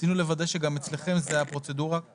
רצינו לוודא שגם אצלכם זו הפרוצדורה.